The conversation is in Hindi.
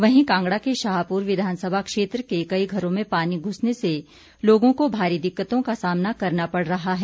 वहीं कांगड़ा के शाहपुर विधानसभा क्षेत्र के कई घरों में पानी घुसने से लोगों को भारी दिक्कतों का सामना करना पड़ रहा है